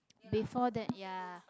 before that ya